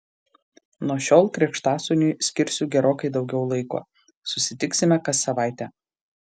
nuo šiol krikštasūniui skirsiu gerokai daugiau laiko susitiksime kas savaitę